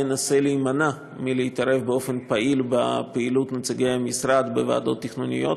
מנסה להימנע מלהתערב באופן פעיל בפעילות נציגי המשרד בוועדות תכנוניות.